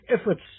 efforts